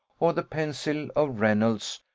or the pencil of reynolds,